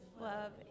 love